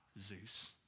Zeus